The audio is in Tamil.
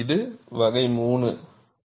இது வகை 3